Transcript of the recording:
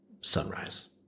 sunrise